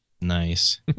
Nice